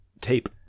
tape